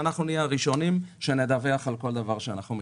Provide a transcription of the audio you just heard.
ואנחנו נהיה הראשונים שנדווח על כל דבר שאנחנו מכירים.